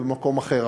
ובמקום אחר,